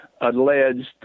alleged